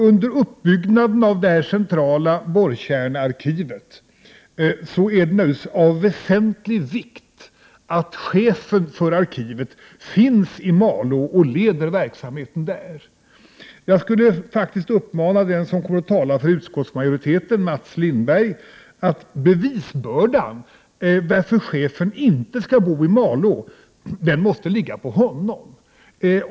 Under uppbyggnaden av detta centrala borrkärnearkiv är det naturligtvis av väsentlig vikt att chefen för arkivet finns i Malå för att leda verksamheten. Jag vill säga till den som kommer att tala för utskottsmajoriteten, Mats Lindberg, att bevisbördan när det gäller att chefen inte skall bo i Malå måste ligga på honom.